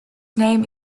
name